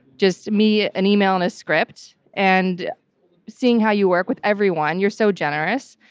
just me, an email, and a script. and seeing how you work with everyone, you're so generous.